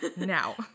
now